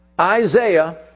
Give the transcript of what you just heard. Isaiah